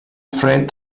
afraid